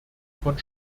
von